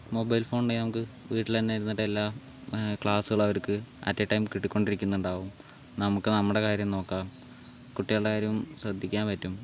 mobile ഫോണുണ്ടെങ്കിൽ നമുക്ക് വീട്ടിൽ തന്നെ ഇരുന്നിട്ട് എല്ലാ ക്ലാസ്സുകളവർക്ക് അറ്റ് എ ടൈം കിട്ടിക്കൊണ്ടിരിക്കുന്നുണ്ടാവും നമുക്ക് നമ്മുടെ കാര്യം നോക്കാം കുട്ടികളുടെ കാര്യം ശ്രദ്ധിക്കാൻ പറ്റും